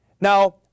Now